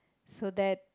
so that